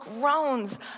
groans